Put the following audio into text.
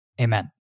Amen